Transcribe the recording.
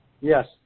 Yes